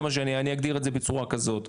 אני אגדיר את זה בצורה כזאת,